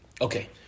Okay